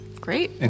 Great